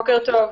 בוקר טוב.